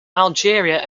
algeria